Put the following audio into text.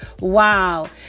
Wow